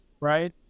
right